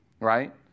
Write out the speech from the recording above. right